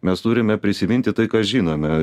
mes turime prisiminti tai ką žinome